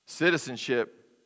Citizenship